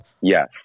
Yes